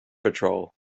patrol